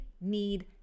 need